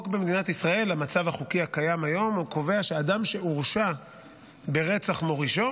המצב החוקי הקיים היום קובע שאדם שהורשע ברצח מורישו